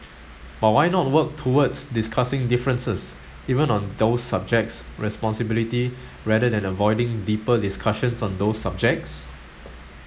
but why not work towards discussing differences even on those subjects responsibility rather than avoiding deeper discussions on those subjects